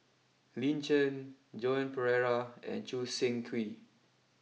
Lin Chen Joan Pereira and Choo Seng Quee